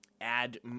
add